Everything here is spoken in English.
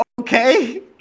okay